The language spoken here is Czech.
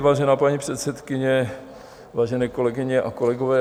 Vážená paní předsedkyně, vážené kolegyně a kolegové.